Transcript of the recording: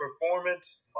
performance